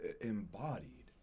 embodied